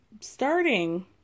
starting